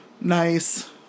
nice